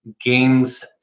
games